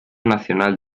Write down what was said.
nacional